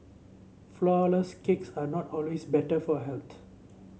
flourless cakes are not always better for health